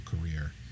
career